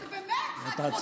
באמת, כבודם של חיילינו.